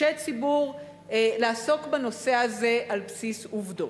אנשי ציבור, לעסוק בנושא הזה על בסיס עובדות.